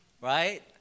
right